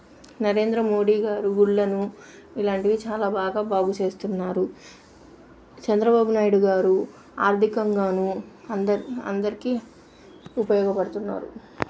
నరేంద్ర మోడీ గారు గుళ్ళను ఇలాంటివి చాలా బాగా బాగు చేస్తున్నారు చంద్రబాబు నాయుడు గారు ఆర్థికంగానూ అందరి అందరికీ ఉపయోగపడుతున్నారు